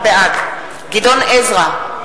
בעד גדעון עזרא,